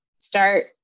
start